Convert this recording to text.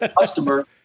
customer